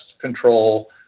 control